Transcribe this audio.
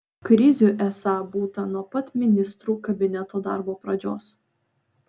krizių esą būta nuo pat ministrų kabineto darbo pradžios